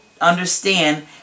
understand